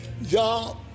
Y'all